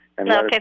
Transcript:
Okay